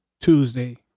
Tuesday